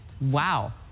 Wow